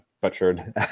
butchered